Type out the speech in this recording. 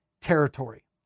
territory